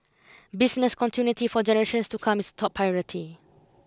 business continuity for generations to come is a top priority